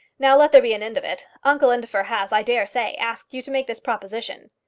now let there be an end of it. uncle indefer has, i dare say, asked you to make this proposition.